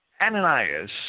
Ananias